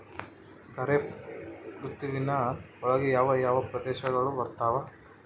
ಖಾರೇಫ್ ಋತುವಿನ ಒಳಗೆ ಯಾವ ಯಾವ ಪ್ರದೇಶಗಳು ಬರ್ತಾವ?